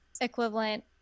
equivalent